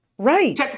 Right